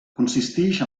consistix